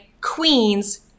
queens